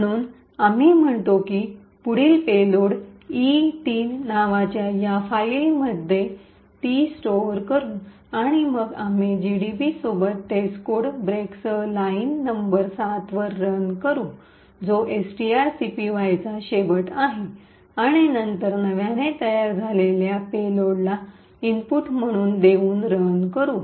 म्हणून आम्ही म्हणतो की पुढील पेलोड ई3 नावाच्या या फाईलमधे ती स्टोअर करू आणि मग आम्ही जीडीबी सोबत टेस्टकोड ब्रेकसह लाईन नंबर ७ वर रन करू जो एसटीआरसीपीवाय चा शेवट आहे आणि नंतर नव्याने तयार झालेल्या पेलोडला इनपुट म्हणून देवून रन करू